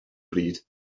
bryd